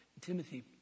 Timothy